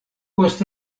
post